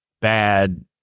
bad